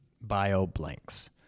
bio-blanks